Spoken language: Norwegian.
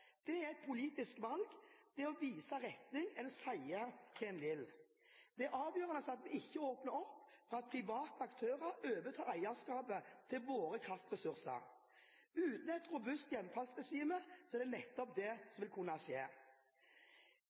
Det er et politisk valg å vise retning eller si hva en vil. Det er avgjørende at vi ikke åpner opp for at private aktører overtar eierskapet til våre kraftressurser. Uten et robust hjemfallsregime er det nettopp det som vil kunne skje.